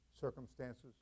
circumstances